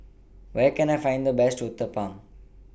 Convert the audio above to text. Where Can I Find The Best Uthapam